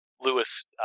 Lewis